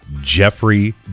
Jeffrey